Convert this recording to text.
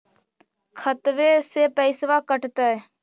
खतबे से पैसबा कटतय?